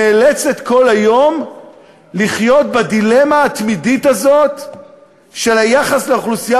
נאלצת כל היום לחיות בדילמה התמידית הזאת של היחס לאוכלוסייה